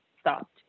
stopped